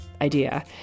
idea